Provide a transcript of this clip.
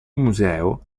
museo